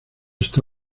está